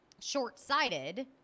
short-sighted